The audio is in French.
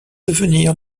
devenir